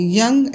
young